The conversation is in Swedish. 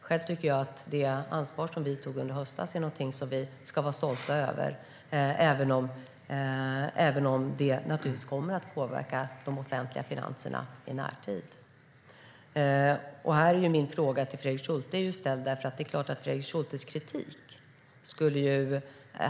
Själv tycker jag att det ansvar som Sverige tog i höstas är något som vi ska vara stolta över, även om det naturligtvis kommer att påverka de offentliga finanserna i närtid. Det var här jag ställde min fråga till Fredrik Schulte.